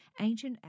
ancient